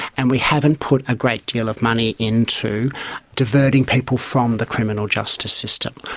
and we haven't put a great deal of money into diverting people from the criminal justice system.